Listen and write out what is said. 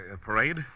parade